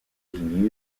being